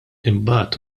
imbagħad